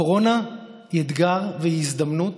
הקורונה היא אתגר והיא הזדמנות,